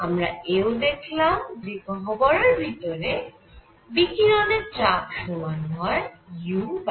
আমরা এও দেখলাম যে গহ্বরের ভিতরে বিকিরণের চাপ সমান হয় u3